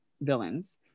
villains